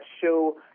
show